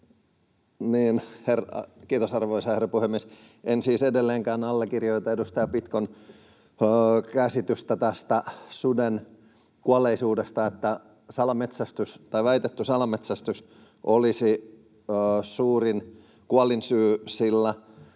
Kiitos, arvoisa herra puhemies! En siis edelleenkään allekirjoita edustaja Pitkon käsitystä suden kuolleisuudesta, että väitetty salametsästys olisi suurin kuolinsyy, sillä